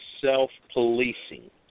self-policing